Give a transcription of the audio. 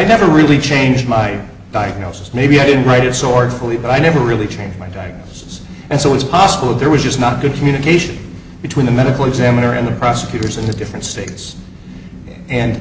e never really changed my diagnosis maybe i didn't write a sword fully but i never really changed my taxes and so it's possible there was just not good communication between the medical examiner and the prosecutors in the different states and